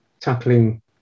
tackling